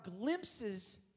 glimpses